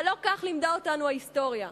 אבל לא כך לימדה אותנו ההיסטוריה.